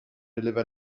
deliver